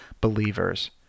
believers